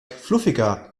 fluffiger